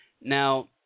Now